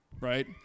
right